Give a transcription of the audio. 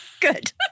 Good